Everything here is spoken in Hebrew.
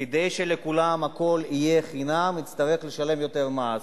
כדי שלכולם הכול יהיה חינם הם יצטרכו לשלם יותר מס.